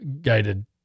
guided